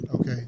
Okay